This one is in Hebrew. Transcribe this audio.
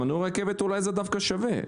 מנוי לרכבת אולי זה דווקא שווה.